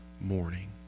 morning